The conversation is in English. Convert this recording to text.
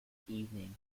evening